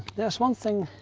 there's one thing